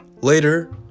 later